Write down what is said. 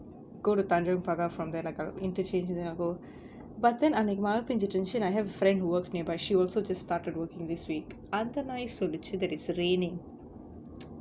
go to tanjong pagar from there like err interchange and then I'll go but then அன்னைக்கு மழ பேஞ்சுட்டு இருந்ச்சு:annaikku mala penjittu irunchu and I have a friend who works nearby she also just started working this week அந்த நாய் சொல்லுச்சு:antha naai solluchu it's raining